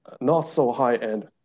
not-so-high-end